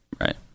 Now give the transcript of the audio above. Right